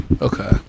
okay